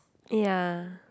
ya